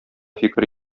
фикер